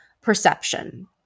perception